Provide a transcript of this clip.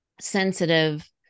sensitive